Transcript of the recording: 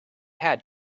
had